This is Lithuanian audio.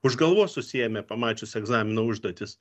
už galvos susiėmė pamačius egzamino užduotis